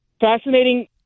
fascinating